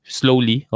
slowly